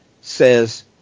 says